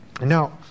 Now